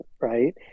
right